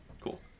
Cool